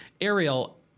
Ariel